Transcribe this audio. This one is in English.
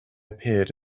appeared